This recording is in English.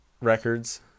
records